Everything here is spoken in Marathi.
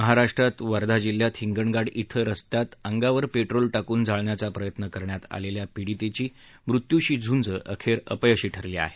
महाराष्ट्रात वध्या जिल्ह्यात हिंगणघाट इथं रस्त्यात अंगावर पेट्रोल टाकून जाळण्याचा प्रयत्न करण्यात आलेल्या पीडितेची मृत्यूशी झुंज अखेर अपयशी ठरली आहे